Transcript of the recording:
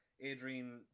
Adrian